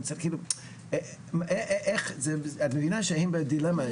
את מבינה שהם בדילמה,